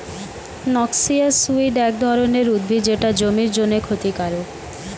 noxious weed এক ধরনের উদ্ভিদ যেটা জমির জন্যে ক্ষতিকারক